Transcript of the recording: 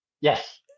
Yes